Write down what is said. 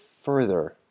further